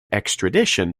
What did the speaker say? extradition